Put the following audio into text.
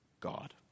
God